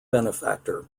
benefactor